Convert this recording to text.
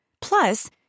Plus